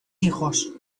hijos